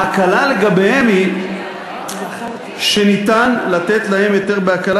ההקלה לגביהם היא שניתן לתת להם היתר בהקלה